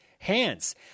Hands